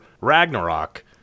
Ragnarok